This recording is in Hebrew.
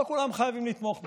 לא כולם חייבים לתמוך בו,